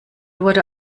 wurde